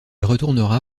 retournera